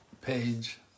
page